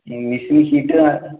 ம் மிஷின் ஹீட்டும்